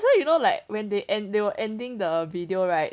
thats why you know like when they and they will ending the video right